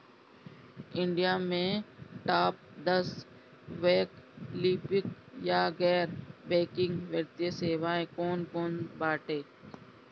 India में top दस वैकल्पिक या गैर बैंकिंग वित्तीय सेवाएं कौन कोन बाटे?